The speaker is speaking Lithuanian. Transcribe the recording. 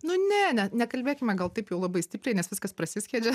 nu ne nekalbėkime gal taip jau labai stipriai nes viskas prasiskiedžia